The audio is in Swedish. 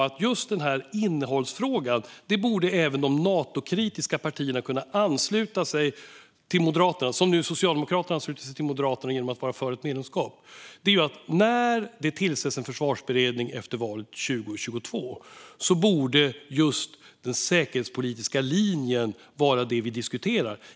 I just innehållsfrågan borde även de Natokritiska partierna kunna ansluta sig till Moderaterna, som nu Socialdemokraterna ansluter sig till Moderaterna genom att vara för ett medlemskap. När det tillsätts en försvarsberedning efter valet 2022 borde vi diskutera just den säkerhetspolitiska linjen.